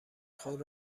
خود